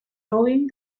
rowing